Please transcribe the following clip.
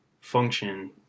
function